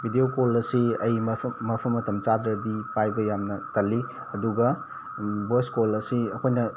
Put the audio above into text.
video call ꯑꯁꯤ ꯑꯩ ꯃꯐꯝ ꯃꯐꯝ ꯃꯇꯝ ꯆꯥꯗ꯭ꯔꯗꯤ ꯄꯥꯏꯕ ꯌꯥꯝꯅ ꯇꯜꯂꯤ ꯑꯗꯨꯒ ꯕꯣꯏꯁ ꯀꯣꯜ ꯑꯁꯤ ꯑꯩꯈꯣꯏꯅ